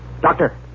Doctor